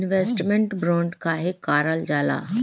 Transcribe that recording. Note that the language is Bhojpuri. इन्वेस्टमेंट बोंड काहे कारल जाला?